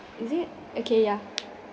is it okay ya